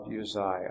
Uzziah